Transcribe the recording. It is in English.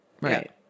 Right